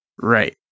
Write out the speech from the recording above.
Right